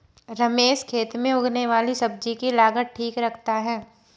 रमेश खेत में उगने वाली सब्जी की लागत ठीक रखता है